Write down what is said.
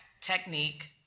technique